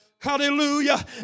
Hallelujah